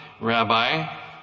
Rabbi